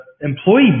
employee